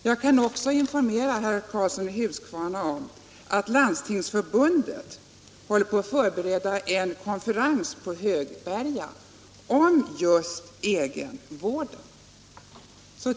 Jag kan också informera herr Karlsson i Huskvarna om att Landstingsförbundet håller på att förbereda en konferens på Högberga om just egenvården.